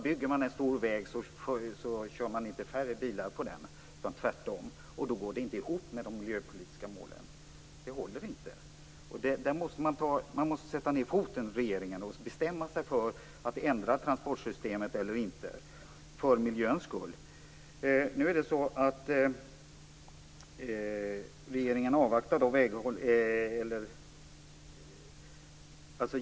Bygger man en stor väg kommer det inte att köra färre bilar på den, utan tvärtom, och det går inte ihop med de miljöpolitiska målen. Det håller inte. Regeringen måste därför sätta ned foten och bestämma sig för att för miljöns skull ändra transportsystemet.